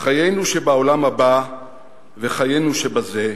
חיינו שבעולם הבא וחיינו שבזה,